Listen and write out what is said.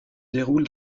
déroule